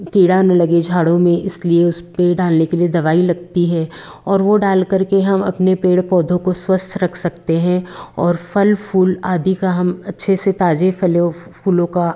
कीड़ा न लगे झाड़ों में इसलिए उसपर डालने के लिए दवाई लगती है और वो डाल करके हम अपने पेड़ पौधों को स्वस्थ रख सकते हैं और फल फूल आदि का हम अच्छे से ताजे फलों फूलों का